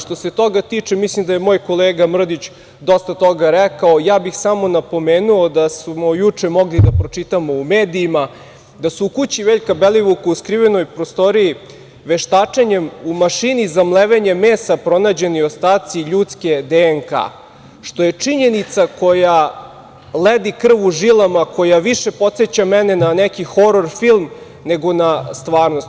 Što se toga tiče, mislim da je moj kolega Mrdić dosta toga rekao, napomenuo bih da smo juče mogli pročitati u medijima, da su u kući Veljka Belivuka u skrivenoj prostoriji veštačenjem u mašini za mlevenje mesa pronađeni ostaci ljudske DNK, što je činjenica koja ledi krv u žilama, koja više podseća mene na neki horor film, nego na stvarnost.